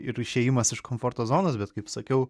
ir išėjimas iš komforto zonos bet kaip sakiau